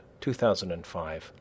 2005